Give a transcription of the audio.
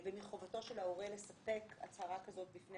ומחובתו של ההורה לספק הצהרה כזו בפני